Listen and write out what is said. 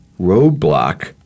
roadblock